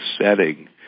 setting